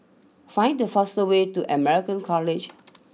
find the fast way to American College